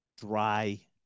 dry